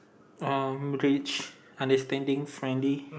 um rich understanding friendly